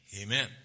amen